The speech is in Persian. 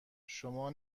شما